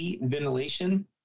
ventilation